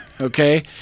okay